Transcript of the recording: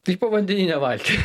tai povandeninę valtį